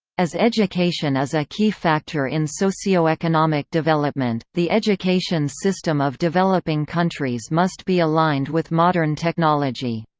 as education is a key factor in socio-economic development, the education system of developing countries must be aligned with modern technology.